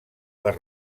les